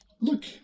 Look